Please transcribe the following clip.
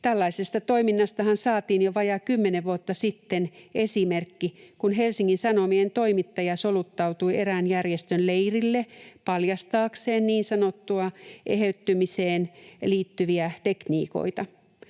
Tällaisesta toiminnastahan saatiin jo vajaa kymmenen vuotta sitten esimerkki, kun Helsingin Sanomien toimittaja soluttautui erään järjestön leirille paljastaakseen niin sanottuja eheytymiseen liittyviä tekniikoita.